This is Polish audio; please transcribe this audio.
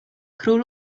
król